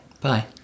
bye